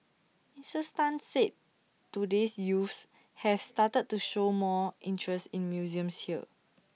Sirs Tan said today's youth have started to show more interest in museums here